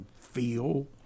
feel